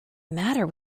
matter